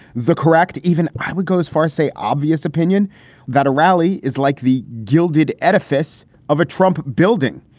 the correct even i would go as far as, say, obvious opinion that a rally is like the gilded edifice of a trump building.